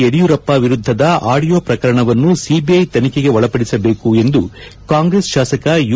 ಯಡಿಯೂರಪ್ಪ ವಿರುದ್ದದ ಆಡಿಯೊ ಪ್ರಕರಣವನ್ನು ಸಿಬಿಐ ತನಿಖೆಗೆ ಒಳಪಡಿಸಬೇಕು ಎಂದು ಕಾಂಗ್ರೆಸ್ ಶಾಸಕ ಯು